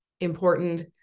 important